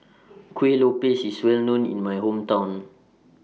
Kuih Lopes IS Well known in My Hometown